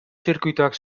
zirkuituak